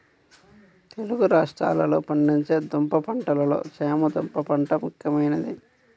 తెలుగు రాష్ట్రాలలో పండించే దుంప పంటలలో చేమ దుంప పంట ముఖ్యమైనది